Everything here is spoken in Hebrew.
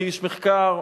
כאיש מחקר,